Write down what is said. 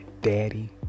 daddy